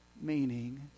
Meaning